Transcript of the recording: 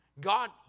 God